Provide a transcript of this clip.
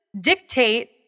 dictate